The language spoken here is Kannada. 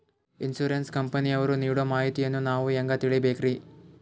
ಇನ್ಸೂರೆನ್ಸ್ ಕಂಪನಿಯವರು ನೀಡೋ ಮಾಹಿತಿಯನ್ನು ನಾವು ಹೆಂಗಾ ತಿಳಿಬೇಕ್ರಿ?